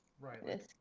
Right